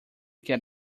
get